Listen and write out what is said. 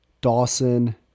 Dawson